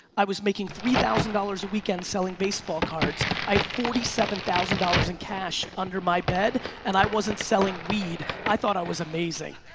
i was making three thousand dollars a weekend selling baseball cards, i had forty seven thousand dollars in cash under my bed and i wasn't selling weed, i thought i was amazing.